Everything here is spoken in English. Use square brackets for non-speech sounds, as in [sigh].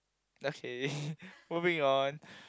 okay [laughs] moving on